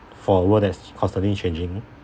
for a world that's constantly changing